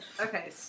Okay